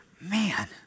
man